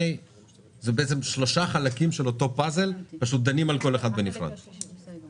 מדובר בשלושה חלקים של אותו פאזל שדנים על כל אחד מהם בנפרד.